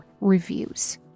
reviews